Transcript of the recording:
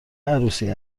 عروسی